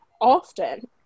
often